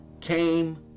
came